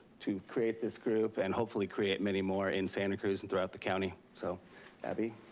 to create this group and hopefully create many more in santa cruz and throughout the county. so abby.